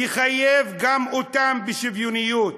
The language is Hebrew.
תחייב גם אותם בשוויוניות.